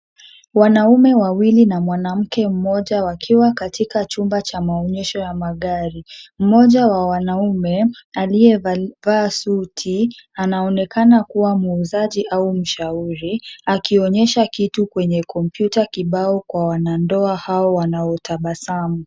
Wanaume wawili na mwanamke mmoja wakiwa katika chumba cha maonyesho ya magari. Mmoja wa wanaume aliyevaa suti, anaonekana kuwa muuzaji au mshauri, akionyesha kitu kwenye kompyuta kibao kwa wanandoa hao wanaotabasamu.